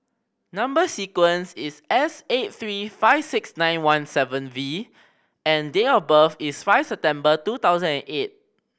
number sequence is S eight three five six nine one seven V and date of birth is five September two thousand and eight